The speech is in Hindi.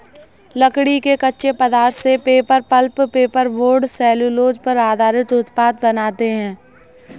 लकड़ी के कच्चे पदार्थ से paper, pulp, paper board, cellulose पर आधारित उत्पाद बनाते हैं